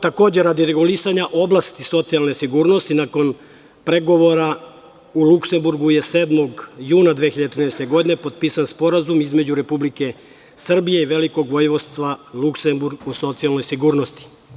Takođe, radi regulisanja oblasti socijalne sigurnosti nakon pregovora u Luksemburgu je 7. juna 2013. godine, potpisan Sporazum između Republike Srbije i Velikog Vojvodstva Luksemburg o socijalnoj sigurnosti.